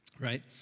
right